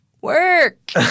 work